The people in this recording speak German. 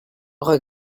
roy